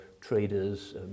traders